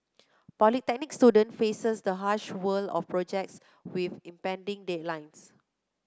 polytechnic student faces the harsh world of projects with impending deadlines